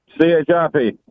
C-H-I-P